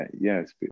yes